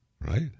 right